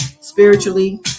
spiritually